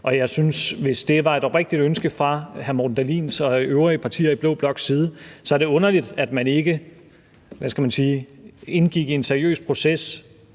og jeg synes, at det, hvis det var et oprigtigt ønske fra hr. Morten Dahlins og de øvrige partier i blå bloks side, så er underligt, at man ikke – hvad skal man